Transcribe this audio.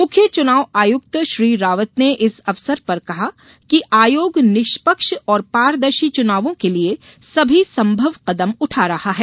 मुख्य चुनाव आयुक्त श्री रावत ने इस अवसर पर कहा कि आयोग निष्पक्ष और पारदर्शी चुनावों के लिये सभी संभव कदम उठा रहा है